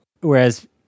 Whereas